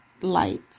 light